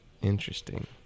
Interesting